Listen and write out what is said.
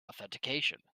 authentication